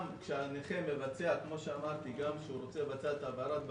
גם כשהנכה רוצה לבצע את העברת הבעלות,